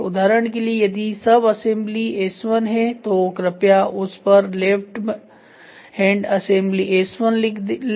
उदाहरण के लिए यदि सबसिस्टम असेंबली S1 है तो कृपया उस पर लेफ्ट हैंड असेंबली S1 लिख लें